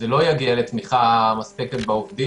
זה לא יגיע לתמיכה מספקת בעובדים.